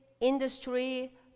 industry